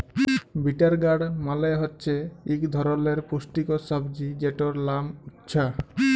bitter gourd মালে হছে ইক ধরলের পুষ্টিকর সবজি যেটর লাম উছ্যা